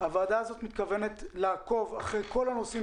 הוועדה הזאת מתכוונת לעקוב אחרי כל הנושאים